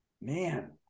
Man